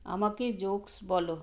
আমাকে জোকস বলো